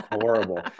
horrible